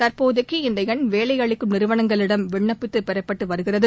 தற்போதைக்கு இந்த எண் வேலை அளிக்கும் நிறுவனங்களிடம் விண்ணப்பித்து பெறப்பட்டு வருகிறது